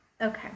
Okay